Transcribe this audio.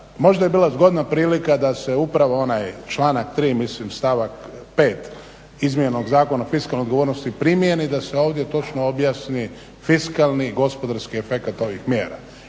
Možda je bila zgodna prilika da se upravo onaj članak 3. mislim stavak 5. izmijenjenog Zakona o fiskalnoj odgovornosti primjeni, da se ovdje točno objasni fiskalni gospodarski efekat ovih mjera.